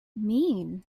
mean